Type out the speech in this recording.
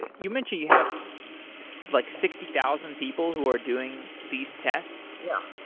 yeah you mentioned you have so like sixty thousand people who are doing these tests. yeah.